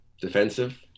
Defensive